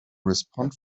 respond